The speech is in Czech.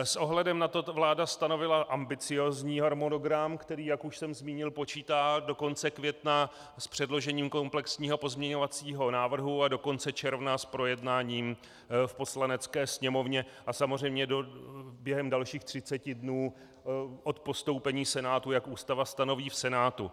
S ohledem na to vláda stanovila ambiciózní harmonogram, který, jak už jsem zmínil, počítá do konce května s předložením komplexního pozměňovacího návrhu a do konce června s projednáním v Poslanecké sněmovně a samozřejmě během dalších 30 dnů od postoupení Senátu, jak Ústava stanoví, v Senátu.